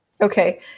okay